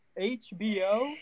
hbo